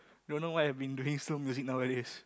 don't know why I've been doing slow music nowadays